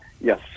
Yes